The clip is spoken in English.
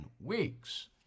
weeks